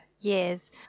years